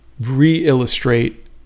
re-illustrate